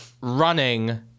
running